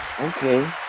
okay